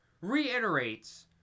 reiterates